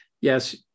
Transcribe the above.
yes